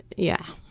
yeah.